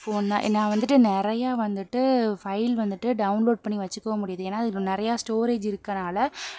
phone தான் நான் வந்துட்டு நிறைய வந்துட்டு ஃபைல் வந்துட்டு டவுன்லோட் பண்ணி வச்சுக்கவும் முடியுது ஏன்னால் நிறையா ஸ்டோரேஜ் இருக்கறனால